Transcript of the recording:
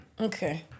Okay